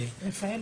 עמי,